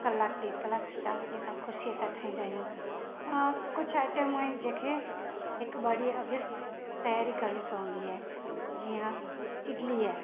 कलाकु ॾेढ कलाक शांतीअ सां ख़ुशीअ सां ठाहींदा आहियूं अ कुझु आइटमूं आहिनि जंहिंखे हिकु ॿ ॾींहुं अॻु तयारी करिणी पवंदी आहे जीअं इडली आहे